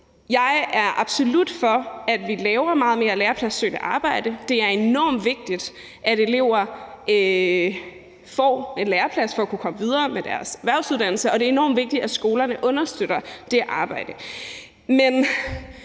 Jeg er absolut for, at vi laver meget mere i forhold til lærepladsopsøgende arbejde. Det er enormt vigtigt, at elever får en læreplads for at kunne komme videre med deres erhvervsuddannelser, og det er enormt vigtigt, at skolerne understøtter det arbejde.